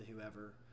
whoever